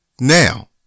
Now